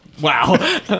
Wow